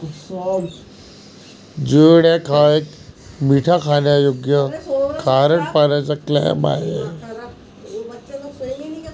geoduck हा एक मोठा खाण्यायोग्य खारट पाण्याचा क्लॅम आहे